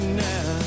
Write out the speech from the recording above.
now